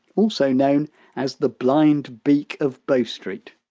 also known as the blind beak of bow street